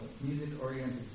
music-oriented